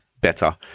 better